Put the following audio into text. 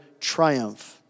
triumph